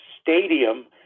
stadium